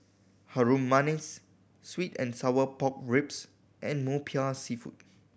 Harum Manis sweet and sour pork ribs and Popiah Seafood